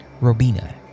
Robina